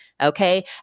Okay